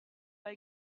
pas